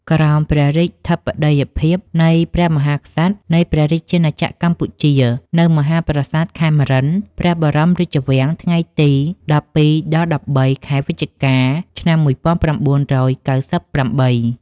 ក្រោមព្រះរាជធិបតីភាព នៃព្រះមហាក្សត្រនៃព្រះរាជណាចក្រកម្ពុជា នៅមហាប្រសាទខេមរិន្ទ ព្រះបរមរាជវាំងថ្ងៃទី១២-១៣ ខែវិច្ឆកា ឆ្នាំ១៩៩៨។